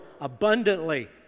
abundantly